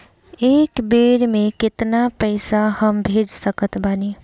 एक बेर मे केतना पैसा हम भेज सकत बानी?